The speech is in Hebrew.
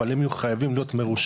אבל הם יהיו חייבים להיות מרושתים.